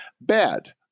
Bad